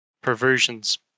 perversions